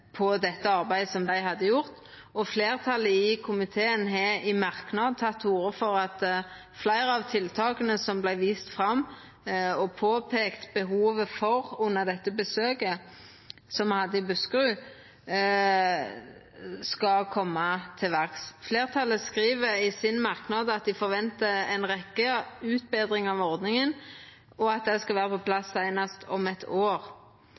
arbeidet som dei hadde gjort. Fleirtalet i komiteen har i ein merknad teke til orde for at fleire av tiltaka som vart viste fram – og påpeikte behovet under det besøket som me hadde i Buskerud – skal setjast i verk. Fleirtalet skriv i merknaden sin at dei forventar ei rekkje utbetringar av ordninga, og at det skal vera på plass seinast om eit år.